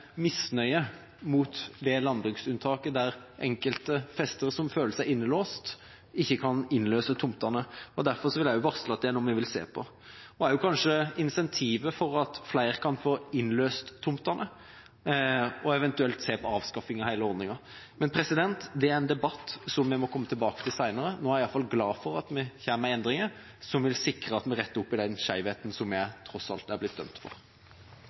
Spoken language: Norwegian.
misnøye med det landbruksunntaket der enkelte festere som føler seg innelåst, ikke kan innløse tomtene. Derfor vil jeg varsle at det er noe vi vil se på, kanskje også incentivet for at flere kan få innløst tomtene og eventuelt se på avskaffing av hele ordninga, men det er en debatt som vi må komme tilbake til senere. Nå er jeg i hvert fall glad for at vi kommer med endringer som vil sikre at vi retter opp i den skjevheten som vi tross alt er blitt dømt for.